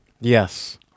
Yes